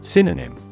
Synonym